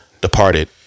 departed